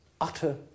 utter